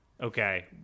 Okay